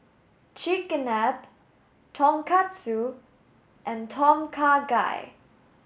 Chigenabe Tonkatsu and Tom Kha Gai